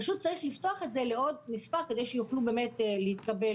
פשוט צריך לפתוח עוד מספר כדי שיוכלו באמת להתקבל ללמוד שם.